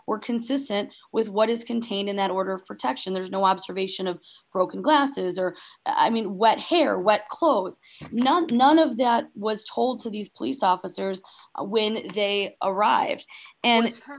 were consistent with what is contained in that order for text and there's no observation of broken glasses or i mean wet hair wet clothes none none of that was told to these police officers when they arrived and her